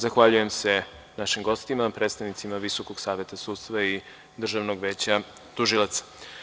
Zahvaljujem se našim gostima, predstavnicima Visokog saveta sudstva i Državnog veća tužilaca.